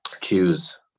choose